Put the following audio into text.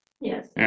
Yes